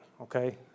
okay